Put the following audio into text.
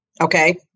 Okay